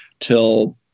till